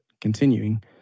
continuing